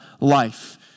life